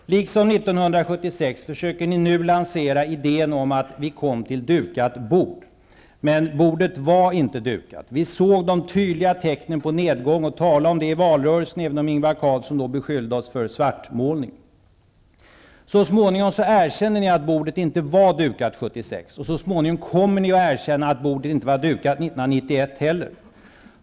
Liksom 1976 försöker ni nu lansera idén om att vi kom till dukat bord. Men bordet var inte dukat. Vi såg de tydliga tecknen på nedgång och talade om dem i valrörelsen, även om Ingvar Carlsson då beskyllde oss för svartmålning. Så småningom erkände ni att bordet inte var dukat 1976. Så småningom kommer ni att erkänna att bordet inte var dukat 1991 heller.